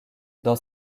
dans